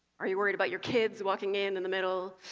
are you worried about your kids walking in, in the middle?